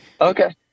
Okay